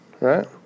right